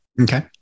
Okay